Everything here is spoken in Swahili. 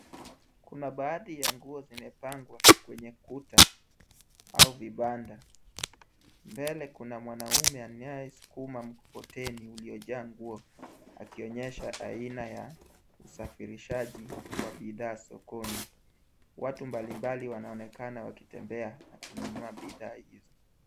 Kuna baadhi ya nguo zimepangwa kwenye kuta au vibanda. Mbele kuna mwanaume anayesukuma mkokoteni uliojaa nguo, akionyesha aina ya usafirishaji wa bidhaa sokoni. Watu mbalimbali wanaonekana wakitembea na kununua bidhaa hizo.